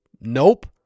nope